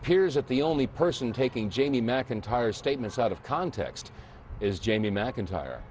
appears that the only person taking jamie mcintyre's statements out of context is jamie mcintyre